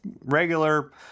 regular